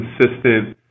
consistent